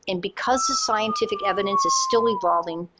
and because the scientific evidence is still evolving,